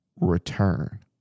return